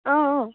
অঁ অঁ